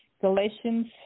galatians